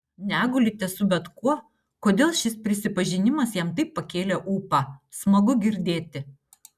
negulite su bet kuo kodėl šis prisipažinimas jam taip pakėlė ūpą smagu girdėti